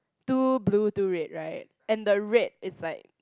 two blue two red right and the red is like